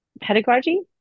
pedagogy